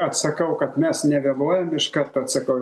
atsakau kad mes negalvojam iš karto atsakau